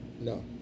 No